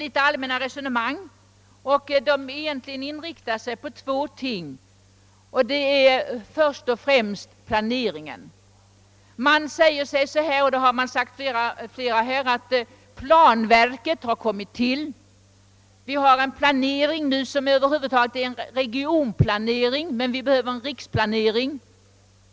Det är allmänna resonemang och en konkret inriktning på två ting, nämligen först och främst riksplaneringen. Vi har nu en regionplanering, men vi behöver en riksplanering.